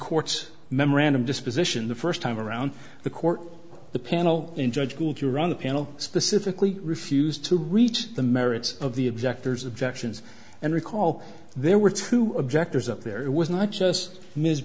court's memorandum disposition the first time around the court the panel in judge ruled you run the panel specifically refused to reach the merits of the objectors objections and recall there were two objectors up there it was not just ms